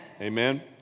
Amen